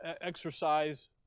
exercise